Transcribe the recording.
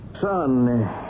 Son